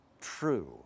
true